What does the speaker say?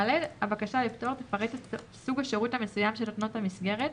הבקשה לפטור תפרט את סוג השירות המסוים שנותנת המסגרת,